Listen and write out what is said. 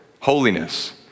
holiness